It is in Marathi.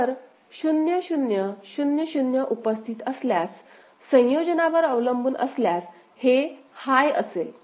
तर 0 0 0 0 उपस्थित असल्यास संयोजनावर अवलंबून असल्यास हे हाय असेल